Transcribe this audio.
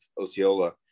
Osceola